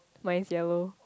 mine is yellow